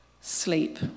sleep